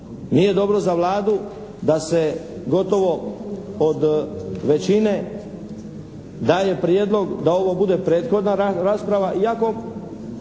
Nije dobro za Vladu da se gotovo od većine daje prijedlog da ovo bude prethodna rasprava iako